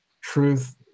truth